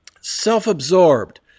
self-absorbed